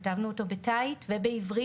כתבנו את הנוהל בתאית ובעברית,